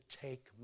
take